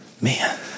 Man